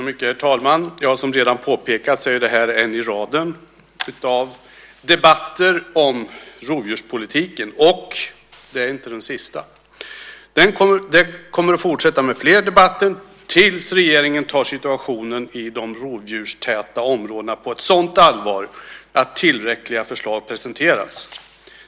Herr talman! Som redan påpekats är det här en i raden av debatter om rovdjurspolitiken, och det är inte den sista. Det kommer att bli fler debatter tills regeringen tar situationen i de rovdjurstäta områdena på ett sådant allvar att tillräckliga förslag presenteras.